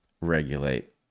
regulate